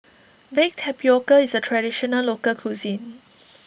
Baked Tapioca is a Traditional Local Cuisine